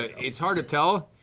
it's hard to tell.